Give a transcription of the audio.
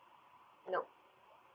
nope